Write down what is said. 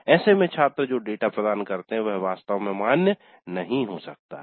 ऐसे में छात्रों जो डेटा प्रदान करते है वह वास्तव में मान्य नहीं हो सकता है